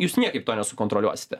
jūs niekaip to nesukontroliuosite